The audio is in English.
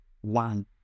one